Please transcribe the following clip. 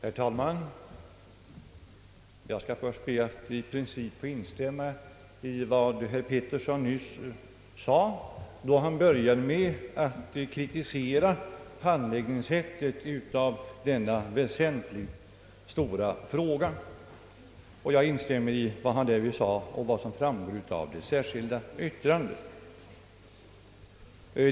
Herr talman! Jag instämmer i princip i vad herr Eric Gustaf Peterson nyss sade då han kritiserade sättet att handlägga denna stora fråga. Jag biträder även den mening som kommer till uttryck i det särskilda yttrandet.